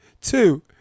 Two